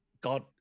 God